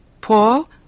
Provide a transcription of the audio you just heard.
Paul